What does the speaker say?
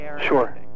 Sure